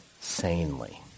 sanely